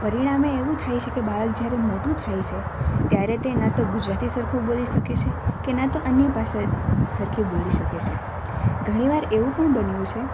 પરિણામે એવું થાય છે કે બાળક જ્યારે મોટું થાય છે ત્યારે તે ન તો ગુજરાતી સરખું બોલી શકે છે કે ન તો અન્ય ભાષા સરખી બોલી શકે છે ઘણી વાર એવું પણ બન્યું છે